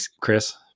Chris